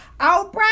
Oprah